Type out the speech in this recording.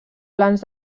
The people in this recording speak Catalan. plans